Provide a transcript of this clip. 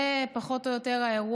זה פחות או יותר האירוע.